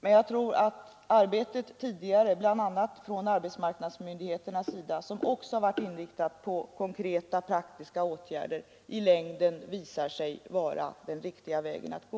Men jag tror att arbetet tidigare bl.a. från arbetsmarknadsmyndigheternas sida, som också varit inriktat på konkreta praktiska åtgärder, i längden visar sig vara den riktiga vägen att gå.